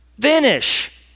finish